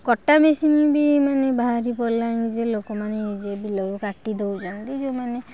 କଟା ମିସିନ୍ ବି ମାନେ ବାହାରି ପଡ଼ିଲାଣି ଯେ ଲୋକ ମାନେ ନିଜେ ବିଲରୁ କାଟି ଦେଉଛନ୍ତି ଯେଉଁମାନେ